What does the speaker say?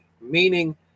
Meaning